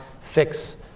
fix